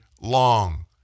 long